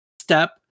step